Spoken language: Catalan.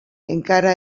encara